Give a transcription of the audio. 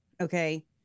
okay